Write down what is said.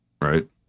right